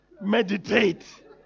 meditate